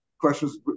questions